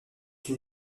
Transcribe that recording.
une